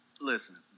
Listen